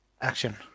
action